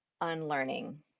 unlearning